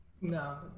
No